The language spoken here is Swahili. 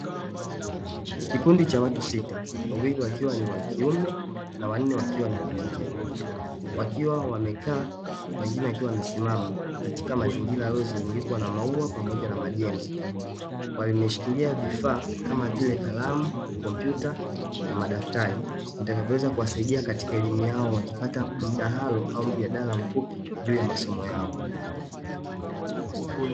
Kikundi cha watu sita; wawili wakiwa ni wa kiume na wanne wakiwa ni wa kike, wakiwa wamekaa na wengine wakiwa wamesimama katika mazingira yaliyozungukwa na maua pamoja na majengo. Wameshikilia vifaa kama vile kalamu, kompyuta na madaftari, vitakavyoweza kuwasaidia katika elimu yao, wakipata madahalo au mjadala mfupi juu ya masomo yao.